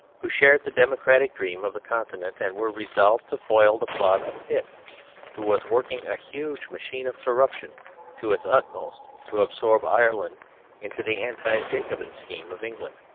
who shared the democratic dream of the continent, and were resolved to foil the plot of pitt who was working a huge machine of corruption to its utmost to absorb ireland into the anti-jacobin scheme of england.